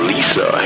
Lisa